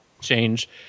change